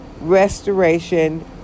restoration